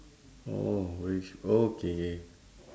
orh very sh~ oh K K